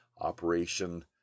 Operation